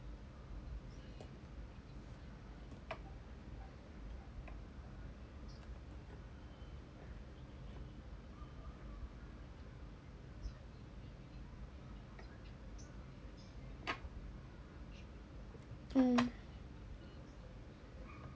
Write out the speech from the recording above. mm